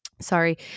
sorry